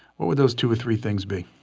what would those two or three things be?